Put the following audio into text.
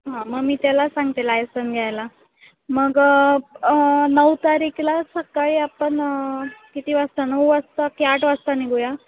हां मग मी त्याला सांगते लायसन घ्यायला मग नऊ तारीखला सकाळी आपण किती वाजता नऊ वाजता की आठ वाजता निघूया